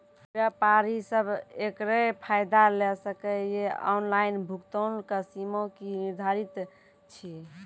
व्यापारी सब एकरऽ फायदा ले सकै ये? ऑनलाइन भुगतानक सीमा की निर्धारित ऐछि?